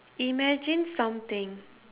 imagine something